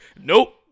Nope